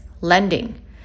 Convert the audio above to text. lending